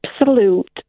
absolute